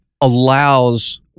allows